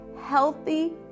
healthy